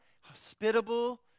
hospitable